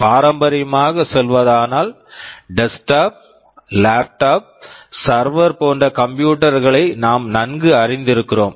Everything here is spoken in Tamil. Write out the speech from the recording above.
பாரம்பரியமாகச் சொல்வதானால் desktop desktop laptop laptop server server போன்ற கம்ப்யூட்டர் computer களை நாம் நன்கு அறிந்திருக்கிறோம்